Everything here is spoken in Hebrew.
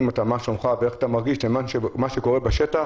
את האנשים מה שלומך ואיך אתה מרגיש לבין מה שקורה בשטח,